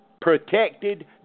protected